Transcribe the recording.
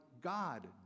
God